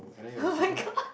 [oh]-my-god